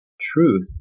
truth